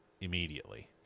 immediately